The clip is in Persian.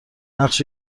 نقش